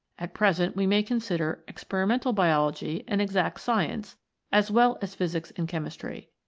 at present we may consider ex perimental biology an exact science as well as physics and chemistry.